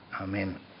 Amen